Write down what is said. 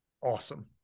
awesome